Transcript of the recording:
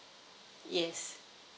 yes